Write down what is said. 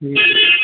जी